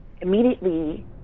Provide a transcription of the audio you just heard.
immediately